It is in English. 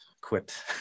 quit